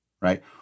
right